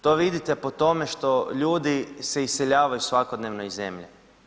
To vidite po tome što ljudi se iseljavaju svakodnevno iz zemlje.